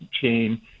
chain